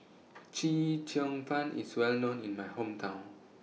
Chee Cheong Fun IS Well known in My Hometown